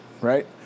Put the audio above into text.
Right